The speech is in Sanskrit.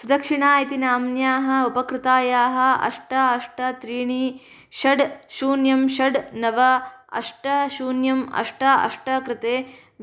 सुदक्षिणा इति नाम्न्याः उपकृतायाः अष्ट अष्ट त्रीणि षट् शून्यं षट् नव अष्ट शून्यं अष्ट अष्ट कृते